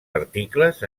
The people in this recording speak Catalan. articles